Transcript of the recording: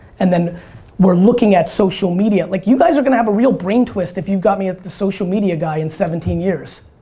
and then we're looking at social media. like, you guys are gonna have a real brain twist if you've got me as the social media guy in seventeen years,